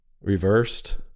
Reversed